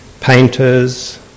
painters